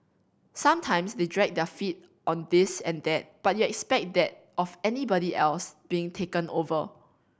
sometimes they dragged their feet on this and that but you expect that of anybody else being taken over